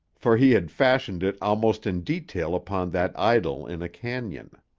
for he had fashioned it almost in detail upon that idyll in a canon.